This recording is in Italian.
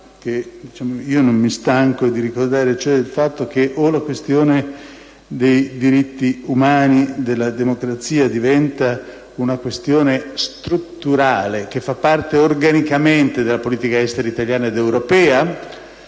che non mi stanco di ricordare: o i diritti umani e la della democrazia diventano una questione strutturale che fa parte organicamente della politica estera italiana ed europea,